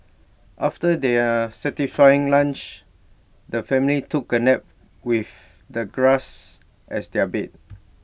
after their satisfying lunch the family took A nap with the grass as their bed